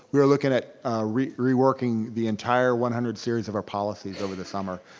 we're looking at reworking the entire one hundred series of our policies over the summer.